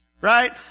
right